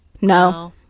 no